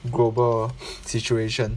global situation